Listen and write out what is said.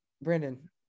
Brandon